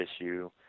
issue